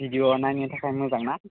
भिडिअआ नायनो थाखाय मोजां ना